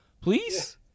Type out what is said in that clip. Please